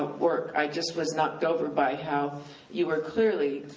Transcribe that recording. ah work, i just was knocked over by how you were clearly,